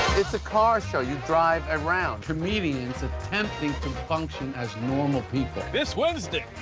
it's a car show, you drive around. comedians attempting to function as normal people. this wednesday.